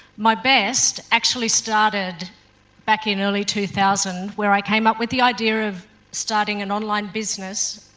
my best actually started back in early two thousand where i came up with the idea of starting an online business,